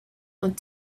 with